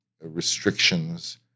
restrictions